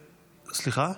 סליחה?